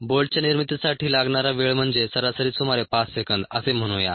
बोल्टच्या निर्मितीसाठी लागणारा वेळ म्हणजे सरासरी सुमारे 5 सेकंद असे म्हणूया